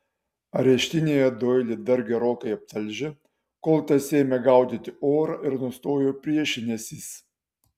areštinėje doilį dar gerokai aptalžė kol tas ėmė gaudyti orą ir nustojo priešinęsis